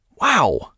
wow